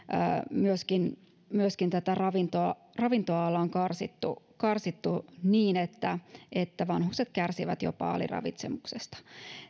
myöskin myöskin ravintoa ravintoa ollaan karsittu karsittu niin että että vanhukset kärsivät jopa aliravitsemuksesta